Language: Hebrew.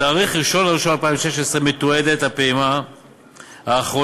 בתאריך 1 בינואר 2016 מתועדת הפעימה האחרונה